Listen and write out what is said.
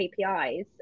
KPIs